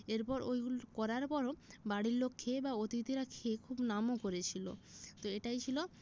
এরপর ওইগুলো করার পরও বাড়ির লোক খেয়ে বা অতিথিরা খেয়ে খুব নামও করেছিলো তো এটাই ছিলো